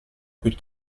più